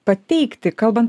pateikti kalbant